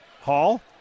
Hall